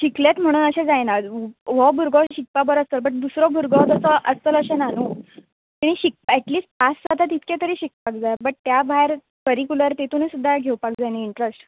शिकलेंत म्हुणू अशें जायना व्हो भुरगो शिकपाक बरो आसतलो बट दुसरो भुरगो तसो आसतलो अशें ना न्हू तेणी शीक एटलिस पास जाता तितकें तरी शिकपाक जाय बट ट्या भायर करिकुलर तेतुनूय सुद्दा घेवपाक जाय न्ही इंट्रस्ट